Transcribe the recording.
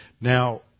Now